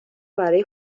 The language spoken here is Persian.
برا